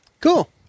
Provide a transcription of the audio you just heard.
Cool